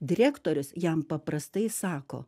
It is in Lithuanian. direktorius jam paprastai sako